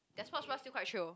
their sports bra still quite chio